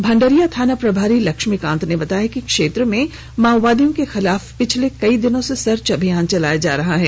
भंडरिया थाना प्रभारी लक्ष्मीकांत ने बताया कि क्षेत्र में माओवादियों के खिलाफ पिछले कई दिनों से सर्च अभियान चलाया जा रहा है